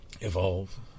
evolve